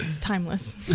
timeless